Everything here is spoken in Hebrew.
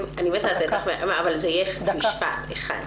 אני רוצה לתת לך, אבל זה יהיה משפט אחד.